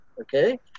okay